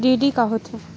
DD का होथे?